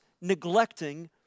neglecting